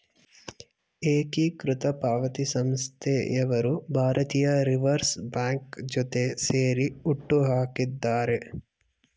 ಏಕೀಕೃತ ಪಾವತಿ ಸಂಸ್ಥೆಯವರು ಭಾರತೀಯ ರಿವರ್ಸ್ ಬ್ಯಾಂಕ್ ಜೊತೆ ಸೇರಿ ಹುಟ್ಟುಹಾಕಿದ್ದಾರೆ